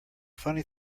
funny